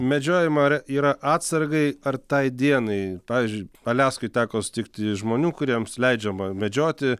medžiojama ar yra atsargai ar tai dienai pavyzdžiui aliaskoj teko sutikti žmonių kuriems leidžiama medžioti